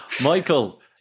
Michael